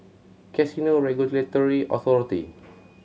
Casino Regulatory Authority